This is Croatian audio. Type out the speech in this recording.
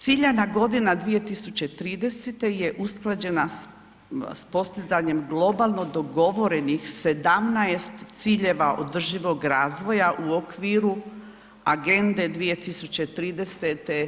Ciljana godina 2030. je usklađena sa postizanjem globalno dogovorenih 17 ciljeva održivog razvoja u okviru Agende 2030.